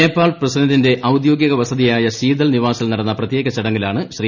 നേപ്പാൾ പ്രസിഡന്റെ ഔദ്യോഗിക വസതിയായ ശീതൽ നിവാസിൽ നടന്ന പ്രത്യേക ചടങ്ങിലാണ് ശ്രീ